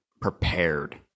prepared